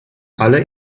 alle